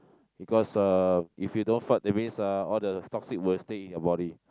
because uh if you don't fart that means uh all the toxic will stay in your body